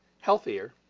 healthier